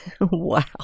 Wow